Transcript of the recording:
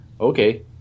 okay